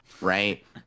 right